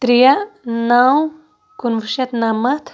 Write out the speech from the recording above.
ترٛےٚ نَو کُنوُہ شَتھ نَمَتھ